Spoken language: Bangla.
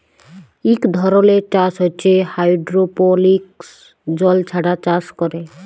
ইক ধরলের চাষ হছে হাইডোরোপলিক্স জল ছাড়া চাষ ক্যরে